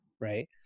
right